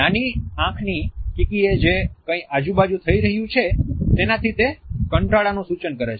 નાની આંખની કીકીએ જે કંઈ આજુબાજુ થઈ રહ્યું છે તેનાથી તે કંટાળાનું સૂચન કરે છે